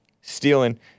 stealing